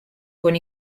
con